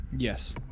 Yes